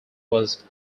was